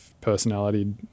personality